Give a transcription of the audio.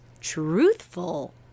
truthful